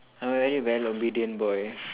I'm really very obedient boy